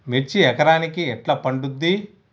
మిర్చి ఎకరానికి ఎట్లా పండుద్ధి?